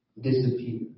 disappear